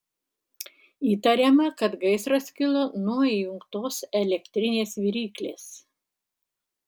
įtariama kad gaisras kilo nuo įjungtos elektrinės viryklės